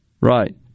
Right